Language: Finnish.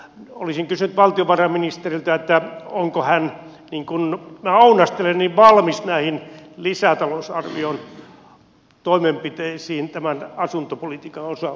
olisin kysynyt valtiovarainministeriltä onko hän niin kuin minä ounastelen valmis näihin lisätalousarvion toimenpiteisiin tämän asuntopolitiikan osalta